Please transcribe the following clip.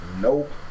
nope